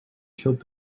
killed